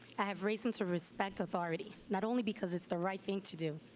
i have reason to respect authority, not only because it's the right thing to do,